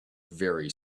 very